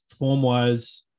FormWise